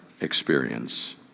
experience